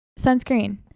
sunscreen